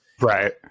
right